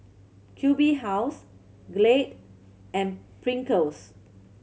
Q B House Glade and Pringles